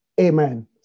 Amen